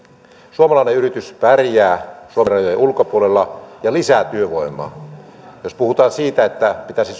suomalainen yritys pärjää suomen rajojen ulkopuolella ja lisää työvoimaa jos puhutaan siitä että pitäisi